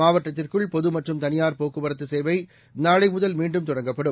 மாவட்டத்திற்குள்பொதுமற்றும்தனியார்போக்குவரத்து சேவைநாளைமுதல்மீண்டும்தொடங்கப்படும்